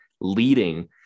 leading